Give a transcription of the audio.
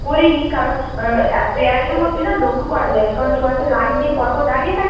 করিনি কারণ অ্যাও পেয়ারের মধ্যে না লক্ষ্য করা যায় না কারণ সবাই তো লাইন দিয়ে পর পর দাঁড়িয়ে থাকে